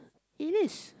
it is